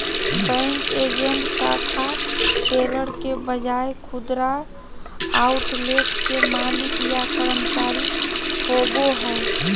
bank agent शाखा teller के बजाय खुदरा आउटलेट के मालिक या कर्मचारी होवो हइ